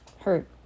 hurt